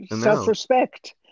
self-respect